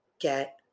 get